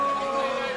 בכבוד.